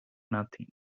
nothing